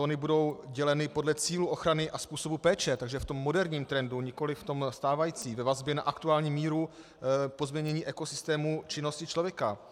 Zóny budou děleny podle cílů ochrany a způsobu péče, takže v tom moderním trendu, nikoliv v tom stávajícím, ve vazbě na aktuální míru pozměnění ekosystému činnosti člověka.